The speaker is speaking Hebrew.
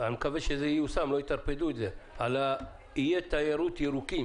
אני מקווה שזה ייושם ולא יטרפדו את זה על איי תיירות ירוקים